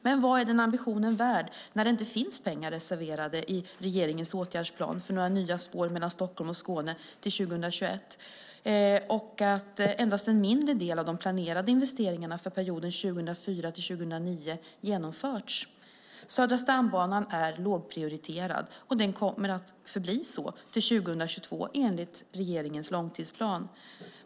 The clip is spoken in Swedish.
Men vad är den ambitionen värd när det inte finns pengar reserverade i regeringens åtgärdsplan för några nya spår mellan Stockholm och Skåne till 2021 och när endast en mindre del av de planerade investeringarna för perioden 2004-2009 har genomförts? Södra stambanan är lågprioriterad, och den kommer att förbli så till 2022, enligt regeringens långtidsplan.